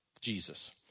Jesus